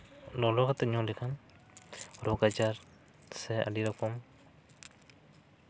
ᱞᱚᱞᱚ ᱠᱟᱛᱮᱜ ᱧᱩ ᱞᱮᱠᱷᱟᱱ ᱨᱳᱜᱽ ᱟᱡᱟᱨ ᱥᱮ ᱟᱹᱰᱤ ᱨᱚᱠᱚᱢ